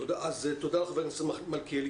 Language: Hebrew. תודה לחבר הכנסת מלכיאלי.